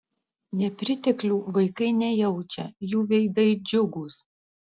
nepriteklių vaikai nejaučia jų veidai džiugūs